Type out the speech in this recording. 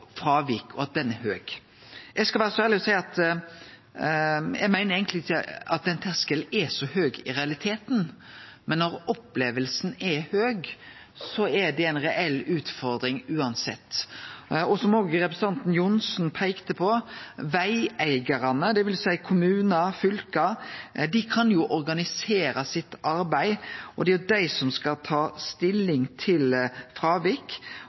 Eg skal vere så ærleg å seie at eg meiner eigentleg ikkje den terskelen er så høg i realiteten, men når opplevinga er at det er ein høg terskel, er det ei reell utfordring uansett. Som òg representanten Johnsen peikte på: Vegeigarane, det vil seie kommunar og fylke, kan jo organisere sitt arbeid, og det er dei som skal ta stilling til